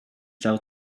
sell